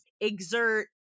exert